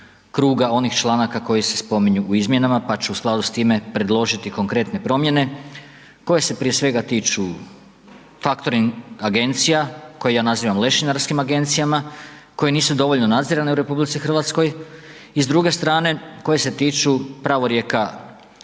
kruga onih članaka koji se spominju u izmjenama pa ću u skladu s time predložiti konkretne promjene koje se prije svega tiču faktoring agencija koje ja nazivam lešinarskim agencijama, koje nisu dovoljno nadzirane u RH i s druge strane koje se tiču pravorijeka